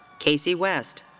casey west.